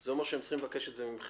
זה אומר שהם צריכים לבקש את זה מכם.